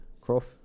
Croft